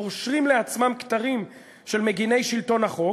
קושרים לעצמם כתרים של מגיני שלטון החוק,